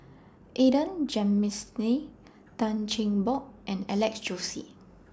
Adan Jim Miss Lee Tan Cheng Bock and Alex Josey